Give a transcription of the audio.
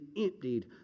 emptied